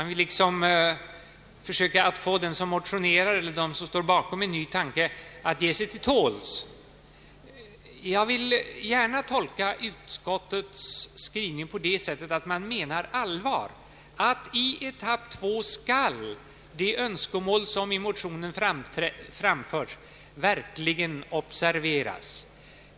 Man vill försöka få dem som motionerat att ge sig till tåls. Jag vill dock gärna tolka utskottets skrivning på det sättet att utskottet menar allvar, att i etapp 2 skall de önskemål som framförts i motionerna verkligen observeras.